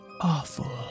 awful